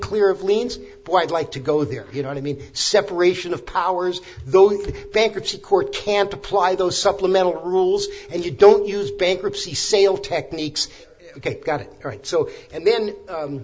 clear of liens for i'd like to go there you know i mean separation of powers the bankruptcy court can't apply those supplemental rules and you don't use bankruptcy sale techniques ok got it right so and then